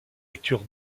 lecture